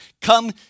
come